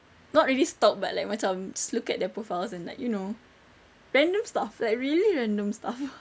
not really stalk but like macam look at their profiles and like you know random stuff like really random stuff